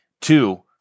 Two